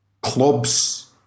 clubs